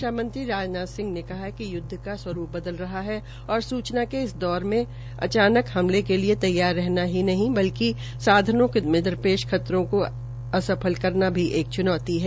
रक्षा मंत्री राजनाथ सिंह ने कहा है कि युद्व का रूवरूप बदल रहा है और ये सूचना के इस दौर में अचानक हमले के लिए तैयार ही नहीं बल्कि विभिन्न साधनों दरपेश खतरों को असफल करना एक च्नौती है